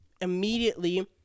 immediately